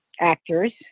actors